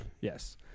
Yes